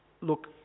look